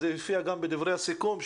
וזה יופיע גם בדברי הסיכום,